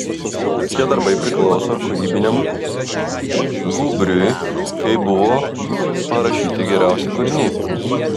šie darbai priklauso kūrybiniam gūbriui kai buvo parašyti geriausi kūriniai